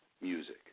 music